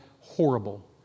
horrible